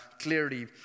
clearly